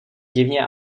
divně